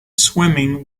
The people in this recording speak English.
swimming